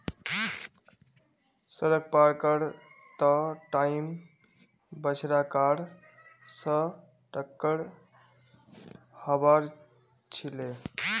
सड़क पार कर त टाइम बछड़ा कार स टककर हबार छिले